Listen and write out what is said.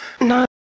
No